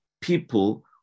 people